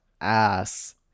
ass